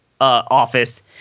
office